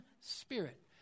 Spirit